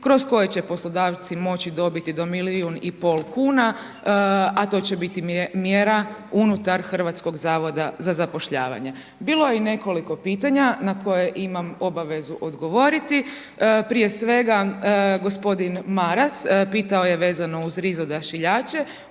kroz koje će poslodavci moći dobiti do milijun i pol kuna, a to će biti mjera unutar Hrvatskog zavoda za zapošljavanje. Bilo je i nekoliko pitanja na koja imam obavezu odgovoriti, prije svega gospodin Maras pitao je vezan uz RIZ odašiljače,